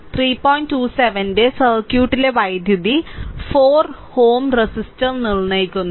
27 ന്റെ സർക്യൂട്ടിലെ വൈദ്യുതി 4 Ω റെസിസ്റ്റർ നിർണ്ണയിക്കുന്നു